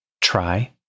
Try